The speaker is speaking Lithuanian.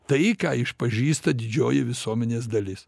tai ką išpažįsta didžioji visuomenės dalis